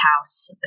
house